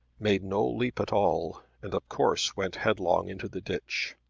made no leap at all, and of course went headlong into the ditch.